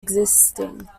existing